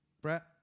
Brett